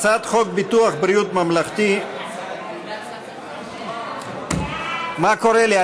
הצעת חוק ביטוח בריאות ממלכתי, מה קורה לי?